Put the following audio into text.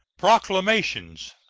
proclamations.